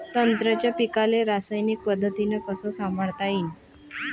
संत्र्याच्या पीकाले रासायनिक पद्धतीनं कस संभाळता येईन?